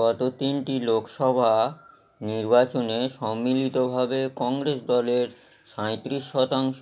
গত তিনটি লোকসভা নির্বাচনে সম্মিলিতভাবে কংগ্রেস দলের সাঁইত্রিশ শতাংশ